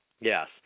Yes